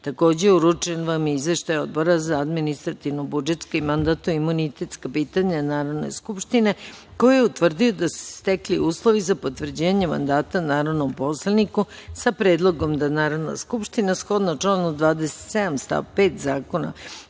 uručen vam je Izveštaj Odbora za administrativno-budžetska i mandatno-imunitetska pitanja Narodne skupštine, koji je utvrdio da su se stekli uslovi za potvrđivanje mandata narodnom poslaniku sa predlogom da Narodna skupština shodno članu 27. stav 5. Zakona